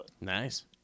Nice